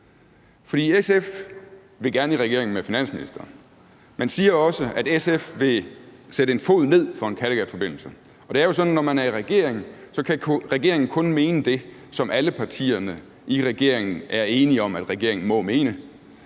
SF. SF vil gerne i regering med finansministeren, men siger også, at de vil sætte en fod ned i forhold til en Kattegatforbindelse. Og det er jo sådan, at når man er i regering, kan regeringen kun mene det, som alle partierne i regeringen er enige om at regeringen må mene.